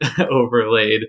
overlaid